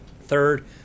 Third